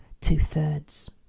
two-thirds